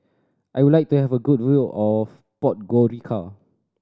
I would like to have a good view of Podgorica